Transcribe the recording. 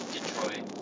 Detroit